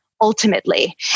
ultimately